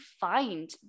find